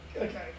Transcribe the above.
okay